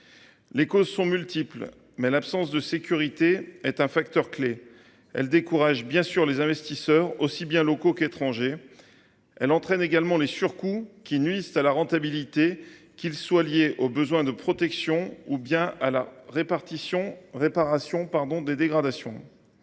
Les causes sont multiples, mais l’absence de sécurité est un facteur clé. Elle décourage bien sûr les investisseurs, aussi bien locaux qu’étrangers. Elle entraîne également des surcoûts qui nuisent à la rentabilité, qu’ils soient liés au besoin de protection ou bien à la réparation des dégradations.